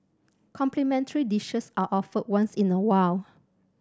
complimentary dishes are offered once in a while